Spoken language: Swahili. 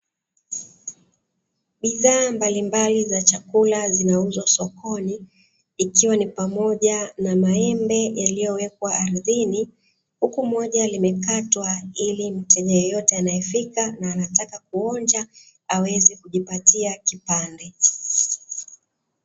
Bidhaa mbalimbali za chakula, zinauzwa sokoni ikiwa ni pamoja na Maembe yaliyowekwa ardhini, huku moja limekatwa ili mteja yeyote anayefika na anataka kuonja aweze kujipatia kipande.